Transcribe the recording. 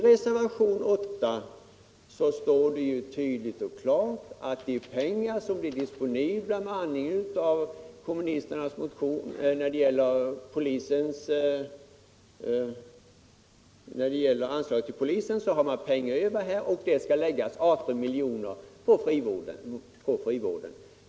I reservationen 8 står det tydligt och klart att det av anslaget till polisen blir pengar över som man vill lägga på frivården. Här vill man ta pengar från polisen och ge till frivården.